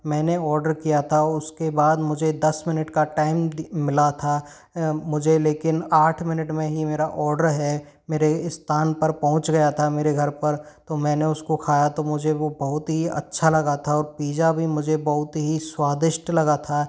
मैंने ओडर किया था उसके बाद मुझे दस मिनट का टाइम दी मिला था मुझे लेकिन आठ मिनट में ही मेरा ओडर है मेरे स्थान पर पहुँच गया था मेरे घर पर तो मैंने उसको खाया तो मुझे वो बहुत ही अच्छा लगा था और पिज्जा भी मुझे बहुत ही स्वादिष्ट लगा था